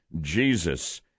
jesus